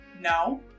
No